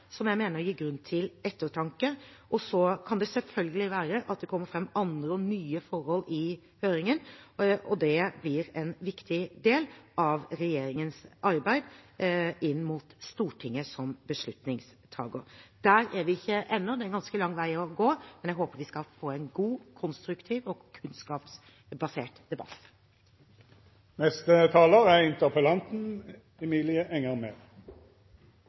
som jeg mener gir grunn til ettertanke. Så kan det selvfølgelig være at det kommer fram andre og nye forhold i høringen, og det blir en viktig del av regjeringens arbeid inn mot Stortinget som beslutningstager. Der er vi ikke ennå, det er en ganske lang vei å gå, men jeg håper vi skal få en god, konstruktiv og kunnskapsbasert